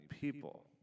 people